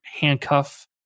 handcuff